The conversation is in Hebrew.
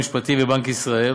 משרד המשפטים ובנק ישראל.